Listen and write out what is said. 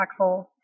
impactful